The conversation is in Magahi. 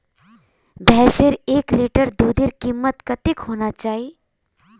भैंसेर एक लीटर दूधेर कीमत कतेक होना चही?